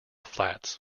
flats